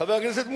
חבר הכנסת מולה,